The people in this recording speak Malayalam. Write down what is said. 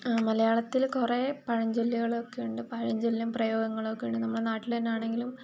ആ മലയാളത്തിൽ കുറേ പഴഞ്ചൊല്ലുകളൊക്കെ ഉണ്ട് പഴഞ്ചൊല്ലും പ്രയോഗങ്ങളൊക്കെ ഉണ്ട് നമ്മുടെ നാട്ടിൽ തന്നെയാണെങ്കിലും